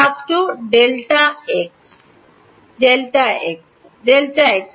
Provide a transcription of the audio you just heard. ছাত্র delta x delta x